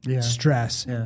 stress